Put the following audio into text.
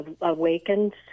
awakened